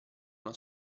una